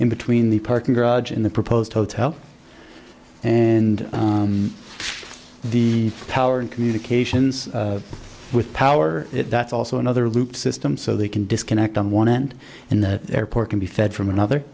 in between the parking garage in the proposed hotel and the power in communications with power that's also another loop system so they can disconnect on one end and the airport can be fed from